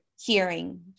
hearing